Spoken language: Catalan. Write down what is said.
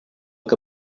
que